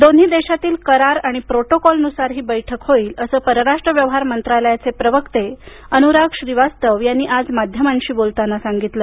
दोन्ही देशातील करार आणि प्रोटोकॉलनुसार ही बैठक होईल असं परराष्ट्र व्यवहार मंत्रालयाचे प्रवक्ते अनुराग श्रीवास्तव यांनी आज माध्यमाशी बोलताना सांगितलं